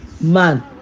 man